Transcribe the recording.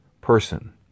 person